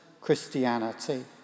Christianity